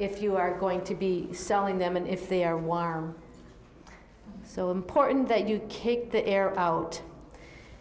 if you are going to be selling them and if they are why are so important that you kick the air out